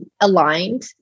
aligned